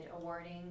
awarding